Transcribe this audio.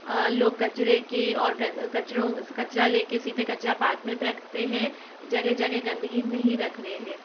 लोग कचरे की और कचरा लेके सीधे कचरा पात्र में फेंकते हैं जगह जगह गंदगी नहीं रख रहे हैं